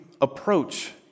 approach